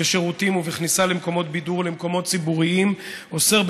בשירותים ובכניסה למקומות בידור ולמקומות ציבוריים אוסר,